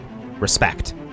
respect